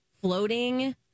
floating